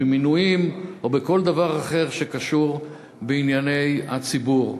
במינויים ובכל דבר אחר שקשור בענייני הציבור.